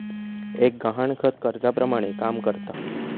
एक गहाणखत कर्जाप्रमाणे काम करता